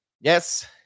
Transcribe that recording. Yes